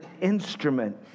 instrument